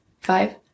five